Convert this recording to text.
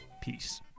peace